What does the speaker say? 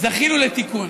זכינו לתיקון.